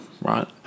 right